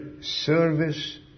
service